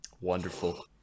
Wonderful